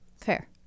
Fair